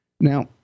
Now